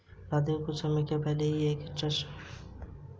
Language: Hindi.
राधे ने कुछ समय पहले ही एक ट्रस्ट प्रॉपर्टी खरीदी है